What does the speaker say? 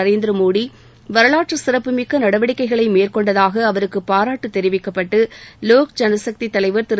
நரேந்திர மோதி வரலாற்று சிறப்புமிக்க நடவடிக்கைகளை மேற்கொண்டதாக அவருக்கு பாராட்டு தெரிவிக்கப்படடு லோக்ஜன சக்தி தலைவர் திரு